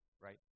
right